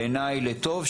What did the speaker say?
בעיניי לטוב,